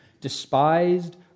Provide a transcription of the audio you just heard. despised